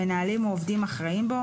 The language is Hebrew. מנהלים או עובדים אחראים בו,